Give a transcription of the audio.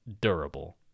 durable